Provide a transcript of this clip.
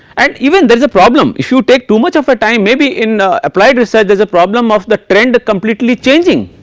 and even there is a problem if you take too much of a time maybe in applied research there is a problem of the trend completely changing,